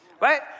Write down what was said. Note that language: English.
Right